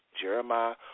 Jeremiah